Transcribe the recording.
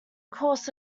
course